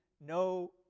no